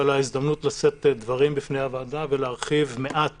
על ההזדמנות לשאת דברים בפני הוועדה ולהרחיב מעט